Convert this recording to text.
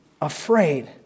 afraid